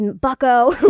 bucko